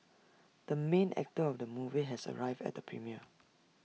the main actor of the movie has arrived at the premiere